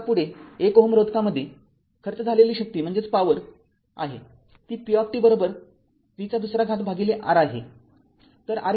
आता पुढे १ Ω रोधकामध्ये खर्च झालेली शक्ती आहे ती p t v २ R आहे